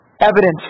evidence